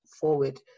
forward